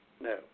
no